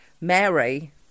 Mary